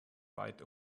right